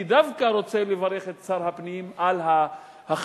אני דווקא רוצה לברך את שר הפנים על ההחלטה